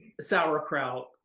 sauerkraut